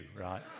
right